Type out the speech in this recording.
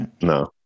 No